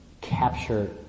capture